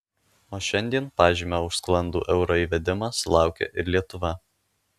o šiandien pažymio už sklandų euro įvedimą sulaukė ir lietuva